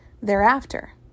thereafter